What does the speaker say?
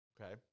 okay